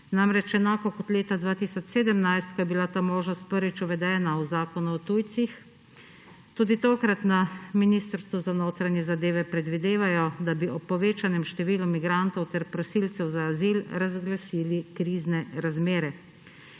Namreč, enako kot leta 2017, ko je bila ta možnost prvič uvedena v Zakonu o tujcih, tudi tokrat na Ministrstvu za notranje zadeve predvidevajo, da bi ob povečanem številu migrantov ter prosilcev za azil razglasili krizne razmere.